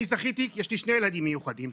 אני זכיתי, יש שני ילדים מיוחדים.